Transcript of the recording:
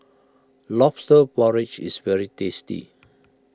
Lobster Porridge is very tasty